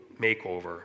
makeover